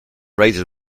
razors